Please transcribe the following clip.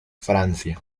francia